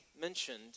mentioned